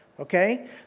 okay